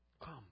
Come